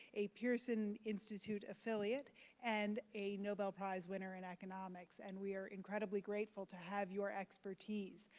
a pearson institute affiliate and a nobel prize winner in economics, and we are incredibly grateful to have your expertise.